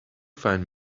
find